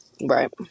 right